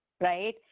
right